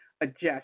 adjust